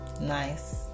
Nice